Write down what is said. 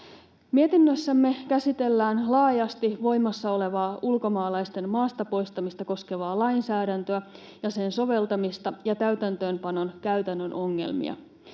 Mietinnössämme käsitellään laajasti voimassa olevaa ulkomaalaisten maasta poistamista koskevaa lainsäädäntöä ja sen soveltamista ja täytäntöönpanon käytännön ongelmia.